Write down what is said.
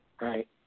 Right